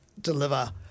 deliver